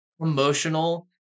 emotional